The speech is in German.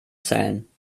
zählen